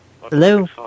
Hello